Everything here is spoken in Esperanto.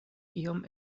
iom